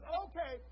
okay